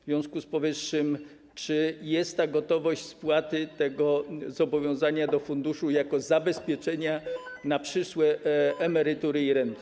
W związku z powyższym, czy jest ta gotowość spłaty tego zobowiązania w przypadku funduszu jako zabezpieczenia na przyszłe emerytury i renty?